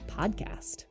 podcast